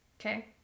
Okay